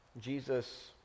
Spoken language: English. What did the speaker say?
Jesus